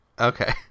okay